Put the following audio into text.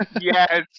Yes